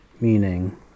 meaning